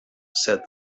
said